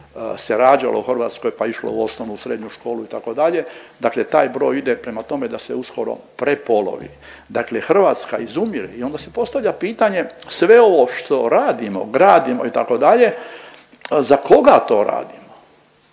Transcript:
se rađalo u Hrvatskoj, pa išlo u osnovu i u srednju školu itd., dakle taj broj ide prema tome da se uskoro prepolovi, dakle Hrvatska izumire i onda se postavlja pitanje sve ovo što radimo, gradimo itd., za koga to radimo,